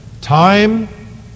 Time